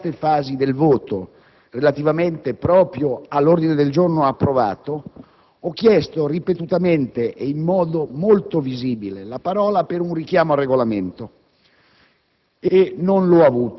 Ieri, nelle concitate fasi del voto sull'ordine del giorno approvato, ho chiesto ripetutamente e in modo molto visibile la parola per un richiamo al Regolamento